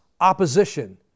opposition